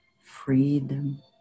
Freedom